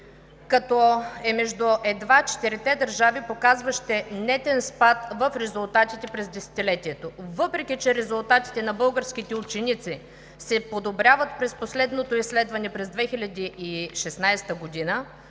като е едва между четирите държави, показващи нетен спад в резултатите през десетилетието. Въпреки че резултатите на българските ученици се подобряват през последното изследване през 2016 г.,